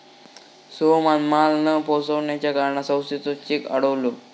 सोहमान माल न पोचवच्या कारणान संस्थेचो चेक अडवलो